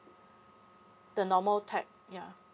the normal tech ya